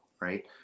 right